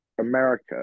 America